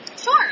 Sure